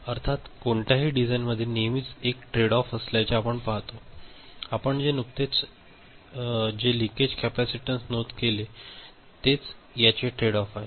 अर्थात कोणत्याही डिझाइनमध्ये नेहमीच एक ट्रेडऑफ असल्याचे आपण पाहतो आपण जे नुकतेच जे लिकेज कॅपेसिटन्स नोंद केले तेच याचे ट्रेडऑफ आहे